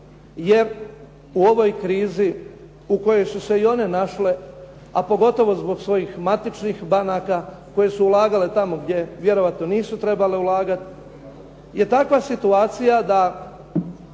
jer u ovoj krizi u kojoj su se i one našle, a pogotovo zbog svojih matičnih banaka koje su ulagale tamo gdje vjerojatno nisu trebale ulagati, je takva situacija da